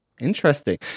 Interesting